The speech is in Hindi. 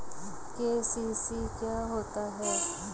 के.सी.सी क्या होता है?